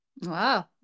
Wow